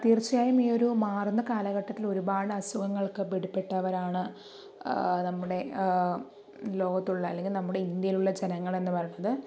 തീർച്ചയായും ഈ ഒരു മാറുന്ന കാലഘട്ടത്തിൽ ഒരുപാട് അസുഖങ്ങളൊക്കെ പിടിപെട്ടവരാണ് നമ്മുടെ ലോകത്തുള്ള അല്ലെങ്കിൽ നമ്മുടെ ഇന്ത്യയിലുള്ള ജനങ്ങളെന്നു പറയണത്